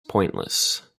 pointless